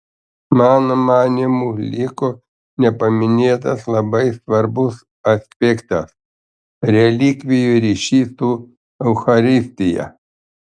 mano manymu liko nepaminėtas labai svarbus aspektas relikvijų ryšys su eucharistija